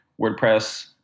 WordPress